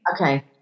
okay